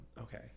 okay